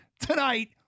tonight